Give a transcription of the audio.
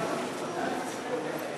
ההצעה להעביר